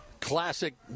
Classic